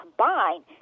combine